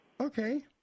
Okay